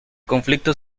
conflicto